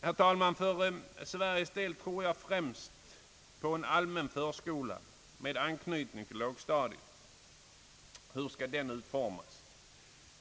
När det gäller vårt land tror jag främst på en allmän förskola med anknytning till lågstadiet. Hur skall den utformas?